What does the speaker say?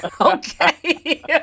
Okay